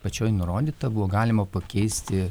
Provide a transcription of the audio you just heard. pačioj nurodyta buvo galima pakeisti